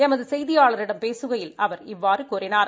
எமது செய்தியாளரிடம் பேசுகையில் அவர் இவ்வாறு கூறிளார்